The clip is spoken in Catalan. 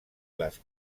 les